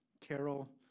Carol